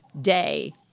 day